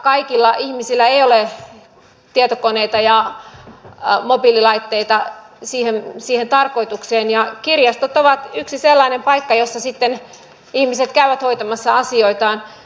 kaikilla ihmisillä ei ole tietokoneita ja mobiililaitteita siihen tarkoitukseen ja kirjastot ovat yksi sellainen paikka jossa sitten ihmiset käyvät hoitamassa asioitaan